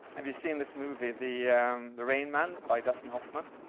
have you seen this movie, the the rain man by dustin hoffman?